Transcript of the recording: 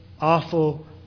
awful